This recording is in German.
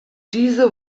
diese